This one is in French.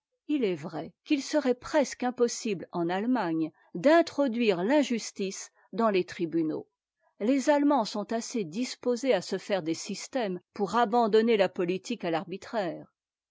il est vrai qu'il serait presque impossible en attemagne d'introduire l'injustice dans les tribunaux les allemands sont assez disposés à se faire des systèmes pour abandonner la politique à l'arbitraire